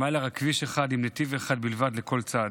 אם היה לו רק כביש אחד עם נתיב אחד בלבד לכל צד.